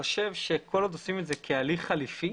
חושב שכל עוד עושים את זה כהליך חליפי